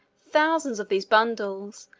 thousands of these bundles,